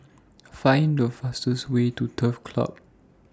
Find The fastest Way to Turf Club